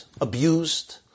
abused